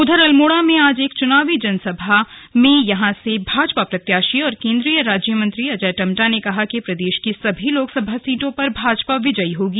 उधर अल्मोड़ा में आज एक चुनावी सभा में यहां से भाजपा प्रत्याशी और केंद्रीय राज्य मंत्री अजय टम्टा ने कहा कि प्रदेश की सभी लोकसभा सीटों पर भाजपा विजयी होगी